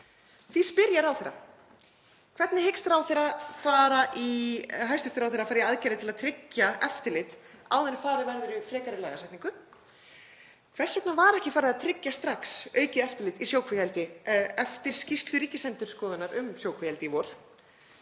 Því spyr ég ráðherra: Hvernig hyggst hæstv. ráðherra fara í aðgerðir til að tryggja eftirlit áður en farið verður í frekari lagasetningu? Hvers vegna var ekki farið að tryggja strax aukið eftirlit í sjókvíaeldi eftir skýrslu Ríkisendurskoðunar um sjókvíaeldi í vor?